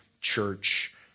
church